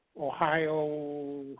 Ohio